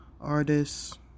artists